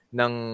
ng